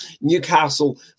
Newcastle